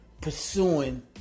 pursuing